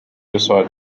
aside